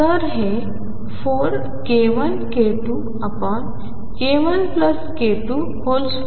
तर हे 4k1k2 k1k22